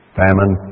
famine